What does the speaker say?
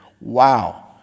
Wow